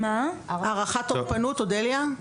"הערכת תוקפנות" אודליה?